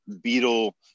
beetle